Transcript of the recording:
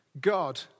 God